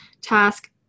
task